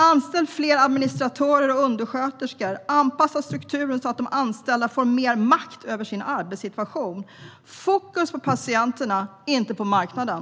Anställ fler administratörer och undersköterskor! Anpassa strukturer så att de anställda får mer makt över sin arbetssituation! Ha fokus på patienterna, inte på marknaden!